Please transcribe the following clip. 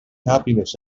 happiness